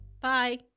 Bye